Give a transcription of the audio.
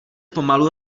pomalu